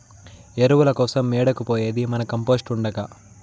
ఎరువుల కోసరం ఏడకు పోయేది మన కంపోస్ట్ ఉండగా